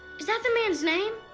is that the man's name?